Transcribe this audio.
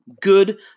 good